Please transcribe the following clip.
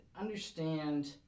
understand